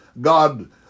God